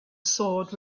sword